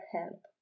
help